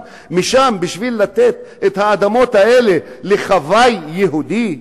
משם בשביל לתת את האדמות האלה לחוואי יהודי?